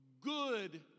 good